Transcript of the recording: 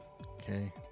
Okay